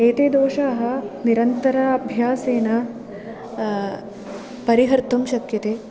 एते दोषाः निरन्तराभ्यासेन परिहर्तुं शक्यन्ते